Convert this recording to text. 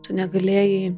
tu negalėjai